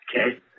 okay